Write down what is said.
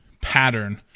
pattern